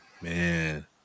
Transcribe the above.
Man